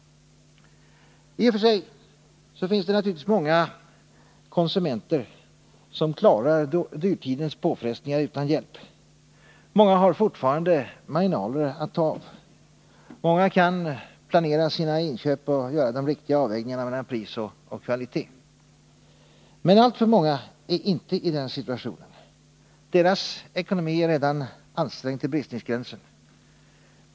I och för sig finns det många konsumenter som klarar dyrtidens påfrestningar utan hjälp. Många har fortfarande marginaler att ta av, många kan planera sina inköp och göra de ekonomiska avvägningarna mellan priser och kvalitet. Men jag tror att många inte är i den situationen. Deras ekonomi är redan ansträngd till bristningsgränsen.